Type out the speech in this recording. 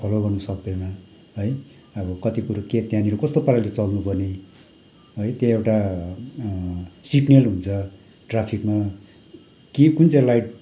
follow गर्नु सक्दैन है अब कति कुरो के त्यहाँनिर कस्तो पाराले चल्नु पर्ने है त्यो एउटा सिग्नल हुन्छ ट्राफिकमा के कुन चाहिँ लाइट